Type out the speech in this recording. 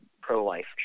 pro-life